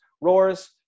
Roars